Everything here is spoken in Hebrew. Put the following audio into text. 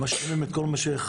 ומשאירים את כל מה שחסר,